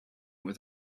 with